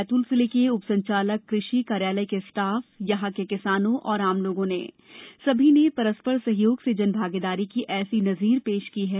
बैतूल जिले के उपसंचालक कृषि कार्यालय के स्टाफ यहां के किसानों और आम लोगों ने सभी ने परस्पर सहयोग से जनभागीदारी का ऐसी नजीर पेश की है